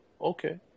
Okay